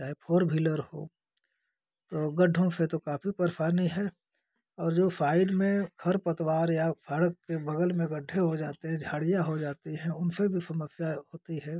चाहे four wheeler हो तो गड्ढों से तो काफ़ी परेशानी है और जो साइड में खर पतवार या सड़क के बगल में गड्ढे हो जाते हैं झाड़ियाँ हो जाती हैं उनसे भी समस्याएँ होती हैं